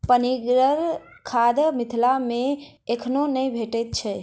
पनिगर खाद मिथिला मे एखनो नै भेटैत छै